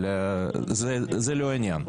אבל זה לא העניין.